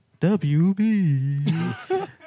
WB